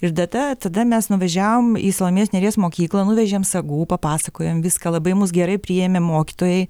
ir tada tada mes nuvažiavom į salomėjos nėries mokyklą nuvežėm sagų papasakojom viską labai mus gerai priėmė mokytojai